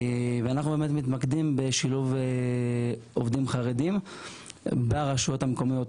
אנחנו באמת מתמקדים בשילוב עובדים חרדים ברשויות המקומיות,